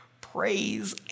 Praise